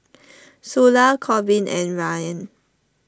Sula Korbin and Ryann